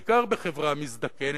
בעיקר בחברה מזדקנת,